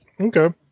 Okay